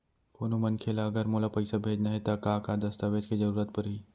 कोनो मनखे ला अगर मोला पइसा भेजना हे ता का का दस्तावेज के जरूरत परही??